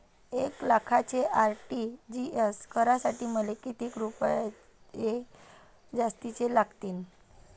एक लाखाचे आर.टी.जी.एस करासाठी मले कितीक रुपये जास्तीचे लागतीनं?